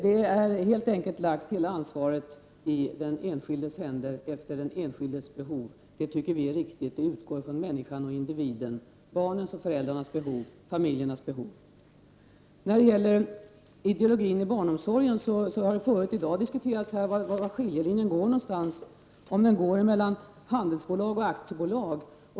Hela ansvaret är helt enkelt lagt i den enskildes händer efter den enskildes behov. Det tycker vi är riktigt. Det utgår från människan och individen, barnens, föräldrarnas och familjernas behov. När det gäller ideologin i barnomsorgen har det tidigare i dag diskuterats var skiljelinjen går, om den går mellan handelsbolag och aktiebolag.